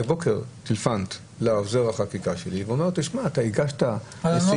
הבוקר טלפנת לעוזר החקיקה שלי ואמרת לו שחלק